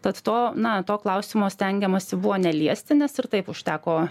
tad to na to klausimo stengiamasi buvo neliesti nes ir taip užteko